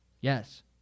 Yes